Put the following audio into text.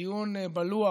בדיון בלוח